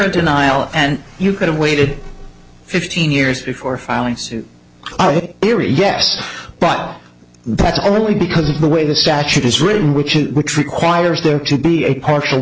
a denial and you could've waited fifteen years before filing suit erie yes but that really because of the way the statute is written which is which requires there to be a partial